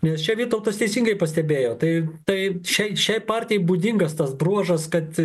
nes čia vytautas teisingai pastebėjo tai tai šiai šiai partijai būdingas tas bruožas kad